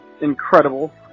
incredible